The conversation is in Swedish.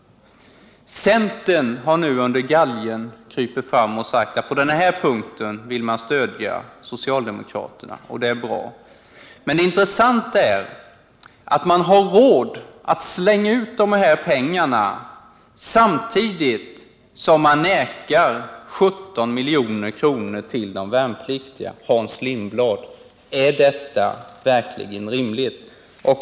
Centern har nu under galgen sagt att man på den här punkten vill stödja socialdemokraterna, och det är bra. Men de övriga anser sig alltså ha råd att slänga bort 500 milj.kr. samtidigt som de sätter sig emot 17 milj.kr. till de värnpliktiga. Är detta verkligen rimligt, Hans Lindblad?